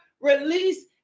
release